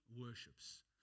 worships